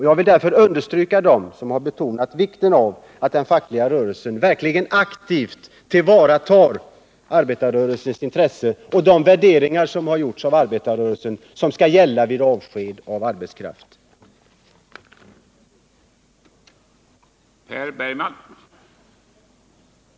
Jag vill understryka vad de har sagt som har betonat vikten av att den fackliga rörelsen verkligen aktivt tillvaratar arbetarrörelsens intresse och de värderingar som har gjorts av arbetarrörelsen och som skall gälla vid avskedande av arbetskraft. Herr talman! Jag yrkar bifall till motionen 128.